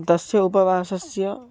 तस्य उपवासस्य